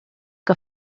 que